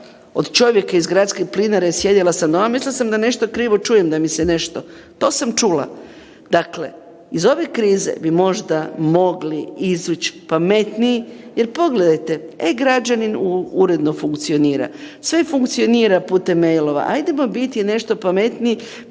od čovjeka iz Gradske plinare, sjedila sam doma, mislila sam da nešto krivo čujem da mi se nešto, to sam čula. Dakle, iz ove krize bi možda mogli izaći pametnije jer pogledajte e-građanin uredno funkcionira, sve funkcionira putem mailova ajdemo biti nešto pametniji